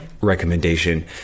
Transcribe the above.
recommendation